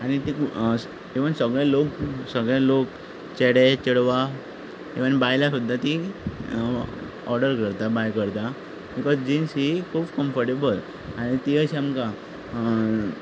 आनी इव्हन सगळे लोक सगळे लोक चेडे चेडवां इव्हन बायलां सुद्दां तीं ऑर्डर करता बाय करता बकॉझ जिन्स ही खूब कम्फर्टेबल आनी तीं अशीं आमकां